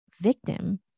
victim